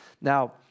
Now